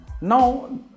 now